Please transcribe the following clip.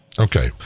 Okay